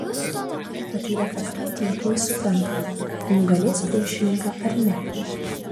patyrę fechtuotojai tuoj supranta nugalės priešininką ar ne